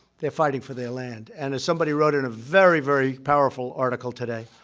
they're fighting for their land. and, as somebody wrote in a very, very powerful article today,